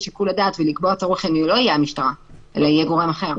שיקול הדעת ולקבוע צורך חיוני לא יהיה המשטרה אלא יהיה גורם אחר.